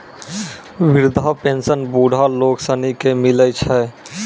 वृद्धा पेंशन बुढ़ा लोग सनी के मिलै छै